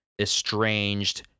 Estranged